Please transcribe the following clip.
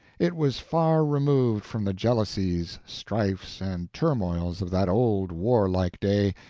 it was far removed from the jealousies, strifes, and turmoils of that old warlike day,